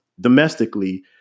domestically